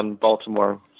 Baltimore